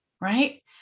Right